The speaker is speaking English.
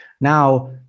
Now